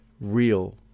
Real